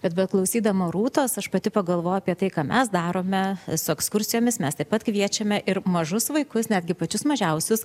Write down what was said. bet beklausydama rūtos aš pati pagalvojau apie tai ką mes darome su ekskursijomis mes taip pat kviečiame ir mažus vaikus netgi pačius mažiausius